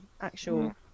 actual